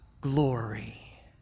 glory